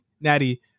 Natty